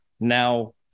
now